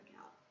out